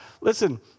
listen